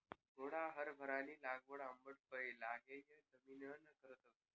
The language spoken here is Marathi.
घोडा हारभरानी लागवड आंबट फये लायेल जमिनना करतस